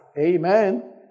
Amen